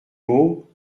mots